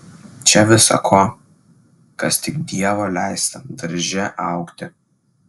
čia visa ko kas tik dievo leista darže augti